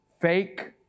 fake